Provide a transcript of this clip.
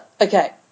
Okay